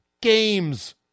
games